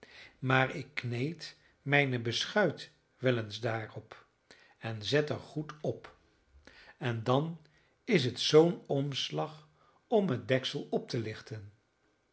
maar ik kneed mijne beschuit wel eens daarop en zet er goed op en dan is het zoo'n omslag om het deksel op te lichten